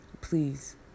Please